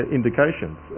Indications